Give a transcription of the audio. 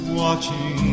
watching